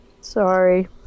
Sorry